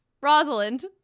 Rosalind